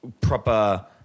proper